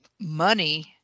money